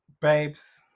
babes